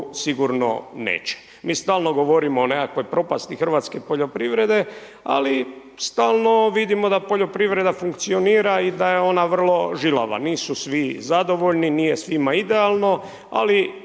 sigurno neće. Mi stalno govorimo o nekakvoj propasti hrvatske poljoprivrede ali stalno vidimo da poljoprivreda funkcionira i da je ona vrlo žilava. Nisu svi zadovoljni nije svima idealno ali